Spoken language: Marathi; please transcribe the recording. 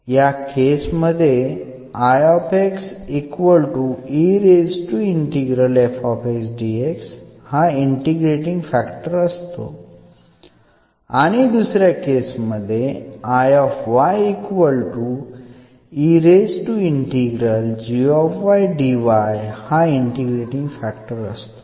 या केस मध्ये हा इंटिग्रेटींग फॅक्टर असतो आणि दुसऱ्या केस मध्ये हा इंटिग्रेटींग फॅक्टर असतो